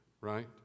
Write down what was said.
right